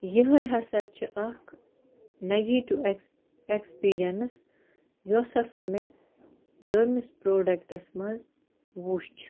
یِہٲے ہَسا چھِ اکھ نگیٹِو ایٚکسپیٖریَنٕس یۄس ہَسا مےٚ دوٚیمِس پروڈَکٹَس مَنٛز وُچھ